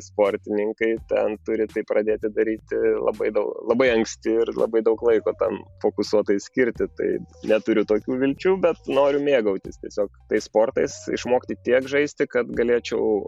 sportininkai ten turi tai pradėti daryti labai daug labai anksti ir labai daug laiko tam fokusuotai skirti tai neturiu tokių vilčių bet noriu mėgautis tiesiog tais sportais išmokti tiek žaisti kad galėčiau